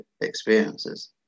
experiences